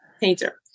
painter